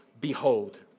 behold